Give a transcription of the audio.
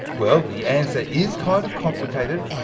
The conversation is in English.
well, the answer is kind of complicated,